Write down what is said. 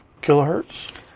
kilohertz